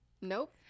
nope